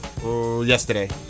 Yesterday